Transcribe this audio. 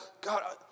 God